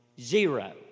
Zero